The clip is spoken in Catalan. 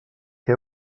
que